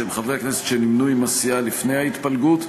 שהם חברי הכנסת שנמנו עם הסיעה לפני ההתפלגות,